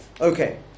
Okay